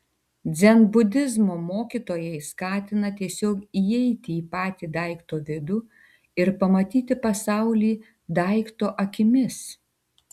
dzenbudizmo mokytojai skatina tiesiog įeiti į patį daikto vidų ir pamatyti pasaulį daikto akimis